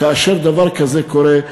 כאשר דבר כזה קורה,